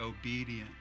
obedient